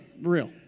real